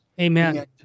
Amen